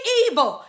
evil